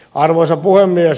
arvoisa puhemies